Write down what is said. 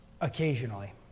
occasionally